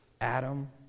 Adam